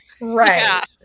Right